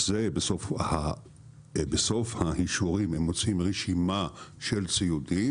בסוף האישורים הם מוציאים רשימה של ציודים